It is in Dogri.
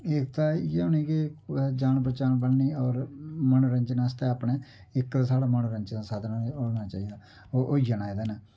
एकता इ'यै होनी के जान पैह्चान बननी और मनोरंजन आस्तै अपने इक ते साढ़ा मनोरंजन दा साधन होना चाहिदा होई जाना एह्दे नै